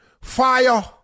fire